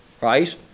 Right